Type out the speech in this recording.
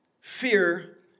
Fear